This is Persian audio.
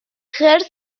خرس